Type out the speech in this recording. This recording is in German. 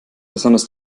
besonders